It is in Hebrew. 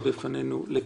בפנינו.